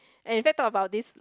and it take about this